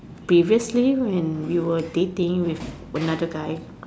previously when we Were dating with another guy